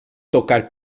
tocar